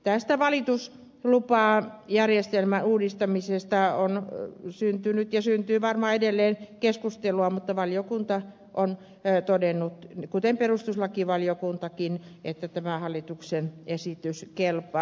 tästä valituslupajärjestelmän uudistamisesta on syntynyt ja syntyy varmaan edelleen keskustelua mutta valiokunta on todennut kuten perustuslakivaliokuntakin että tämä hallituksen esitys kelpaa